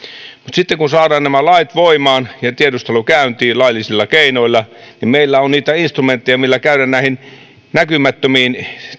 sitten kun saadaan nämä lait voimaan ja tiedustelu käyntiin laillisilla keinoilla niin meillä on niitä instrumentteja millä käydä näihin näkymättömiin